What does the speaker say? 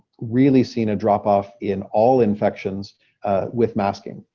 really seen a drop off in all infections with masking.